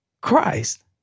Christ